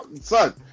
Son